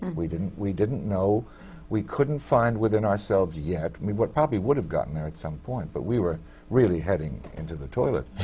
we didn't we didn't know we couldn't find within ourselves yet we probably would have gotten there at some point, but we were really heading into the toilet.